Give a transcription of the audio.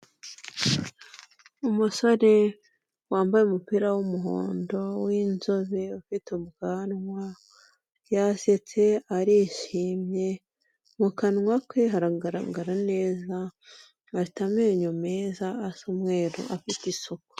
Umusore wambaye umupira w'umuhondo w'inzobe ufite ubwanwa, yasetse arishimye, mu kanwa ke haragaragara neza, afite amenyo meza asa umweru afite isuku.